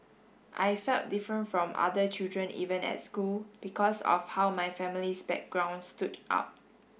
I felt different from other children even at school because of how my family's background stood out